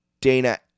Dana